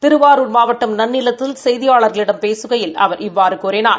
திருவாரூர் மாவட்டம் நன்னிலத்தில் செய்தியாளர்களிடம் பேசுகையில் அவர் இவ்வாறு கூறினார்